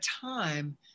time